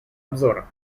обзора